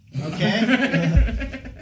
Okay